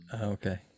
okay